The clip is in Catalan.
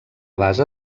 base